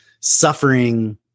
suffering